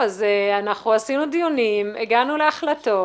עשינו דיונים, הגענו להחלטות,